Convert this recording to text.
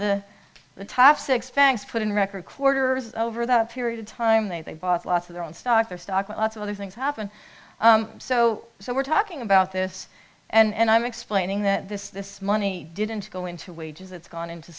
banks put in a record quarter over that period of time they bought lots of their own stock their stock lots of other things happen so so we're talking about this and i'm explaining that this this money didn't go into wages it's gone into